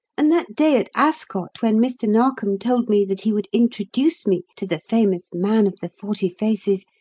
and that day at ascot when mr. narkom told me that he would introduce me to the famous man of the forty faces.